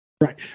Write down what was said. Right